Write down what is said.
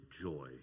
joy